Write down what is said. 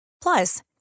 Plus